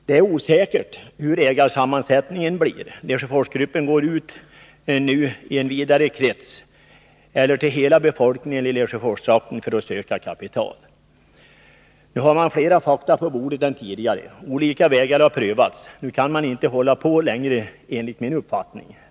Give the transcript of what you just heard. Det är osäkert hur ägarsammansättningen blir. Lesjöforsgruppen går nu ut till en vidare krets, till hela befolkningen i Lesjöforstrakten, för att söka kapital. Nu har man flera fakta på bordet än tidigare. Olika vägar har prövats. Nu kan man, enligt min uppfattning, inte hålla på längre.